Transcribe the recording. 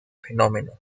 fenómeno